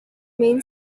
main